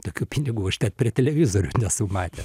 tokių pinigų aš net per televizorių nesu matęs